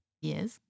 Yes